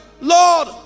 Lord